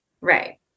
right